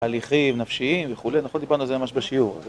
הליכים נפשיים וכולי נכון דיברנו על זה ממש בשיעור...